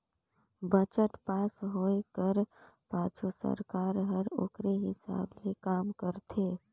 budget pass होए कर पाछू सरकार हर ओकरे हिसाब ले काम करथे